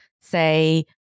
say